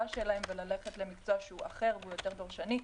שלהם וללכת למקצוע שהוא אחר ושהוא יותר דורשני.